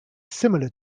similar